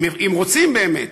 אם רוצים באמת,